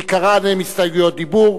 בעיקרן הן הסתייגויות דיבור,